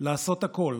לעשות הכול